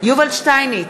יובל שטייניץ,